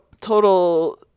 total